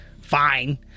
Fine